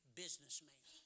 businessman